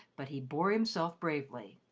but he bore himself bravely.